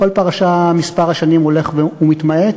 בכל פרשה מספר השנים הולך ומתמעט,